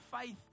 faith